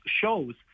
shows